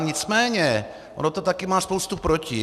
Nicméně ono také má spoustu proti.